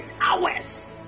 hours